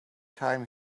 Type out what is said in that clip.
time